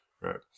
Right